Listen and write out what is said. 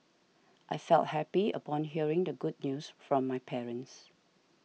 I felt happy upon hearing the good news from my parents